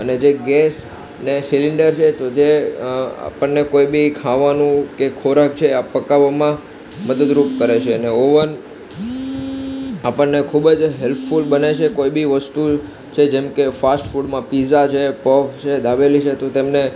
અને જે ગેસ ને સિલિન્ડર છે તો તે આપણને કોઇ બી ખાવાનું કે ખોરાક છે આ પકાવવામાં મદદરૂપ કરે છે અને ઓવન આપણને ખૂબજ હેલ્પફૂલ બને છે કોઇબી વસ્તુ છે જેમકે ફાસ્ટ ફૂડમાં પીઝા છે પફ છે દાબેલી છે તો તેમને